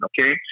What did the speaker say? okay